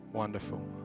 Wonderful